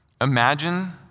Imagine